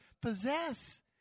possess